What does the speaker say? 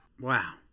Wow